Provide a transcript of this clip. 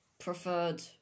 preferred